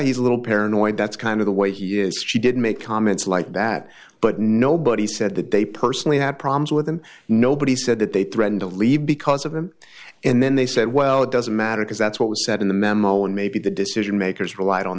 he's a little paranoid that's kind of the way he is she did make comments like that but nobody said that they personally had problems with them nobody said that they threatened to leave because of them and then they said well it doesn't matter because that's what was said in the memo and maybe the decision makers relied on